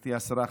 גברתי השרה,